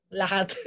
lahat